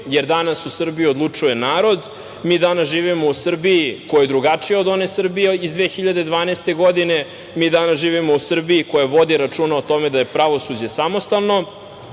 jer danas u Srbiji odlučuje narod. Mi danas živimo u Srbiji koja je drugačija od one Srbije iz 2012. godine. Mi danas živimo u Srbiji koja vodi računa o tome da je pravosuđe samostalno,